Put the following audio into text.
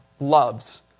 loves